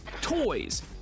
toys